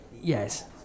yes